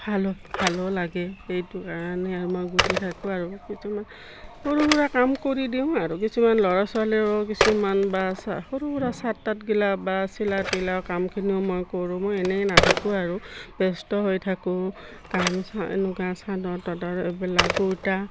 ভাল ভালো লাগে এইটো কাৰণে আৰু মই গুঠি থাকোঁ আৰু কিছুমান সৰু সুৰা কাম কৰি দিওঁ আৰু কিছুমান ল'ৰা ছোৱালীৰো কিছুমান বা সৰু সুৰা চাৰ্ট তাতগিলা বা চিলা তিলা কামখিনিও মই কৰোঁ মই এনেই নাথাকোঁ আৰু ব্যস্ত হৈ থাকোঁ কাম এনেকুৱা চদৰ তাদৰ এইবিলাক কুৰ্তা